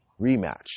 rematch